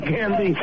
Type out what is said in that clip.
Candy